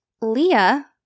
Leah